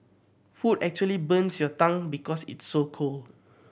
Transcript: food actually burns your tongue because it's so cold